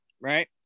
right